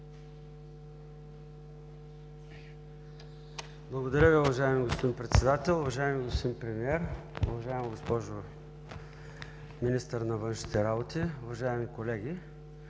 ЦОНЕВ (ДПС): Уважаеми господин Председател, уважаеми господин Премиер, уважаема госпожо Министър на външните работи, уважаеми колеги!